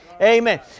Amen